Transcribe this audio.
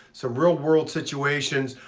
so real world situations,